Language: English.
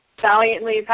valiantly